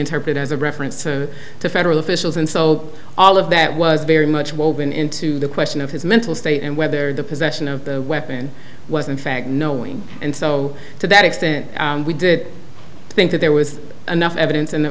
interpreted as a reference to federal officials and so all of that was very much woven into the question of his mental state and whether the possession of the weapon was in fact knowing and so to that extent we did think that there was enough evidence and